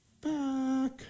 back